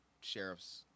sheriff's